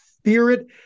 Spirit